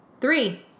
Three